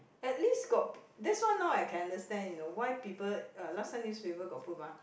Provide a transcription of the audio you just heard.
at least got p~ that's why now I can understand you know why people uh last time newspaper got put mah